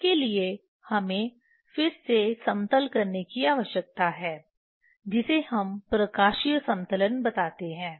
इसके लिए हमें फिर से समतल करने की आवश्यकता है जिसे हम प्रकाशीय समतलन बताते हैं